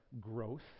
growth